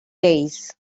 days